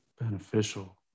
beneficial